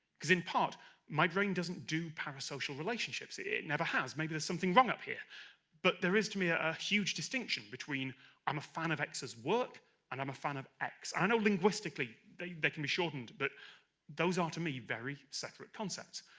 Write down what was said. because in part my brain doesn't do parasocial relationships it never has maybe there's something wrong up here but there is, to me, a huge distinction between i'm a fan of x's work and fan of x i know linguistically they they can be shortened. but those are to me very separate concepts.